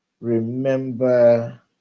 remember